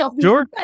Sure